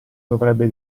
dovrebbe